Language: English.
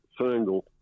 single